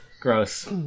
Gross